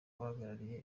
bahagarariye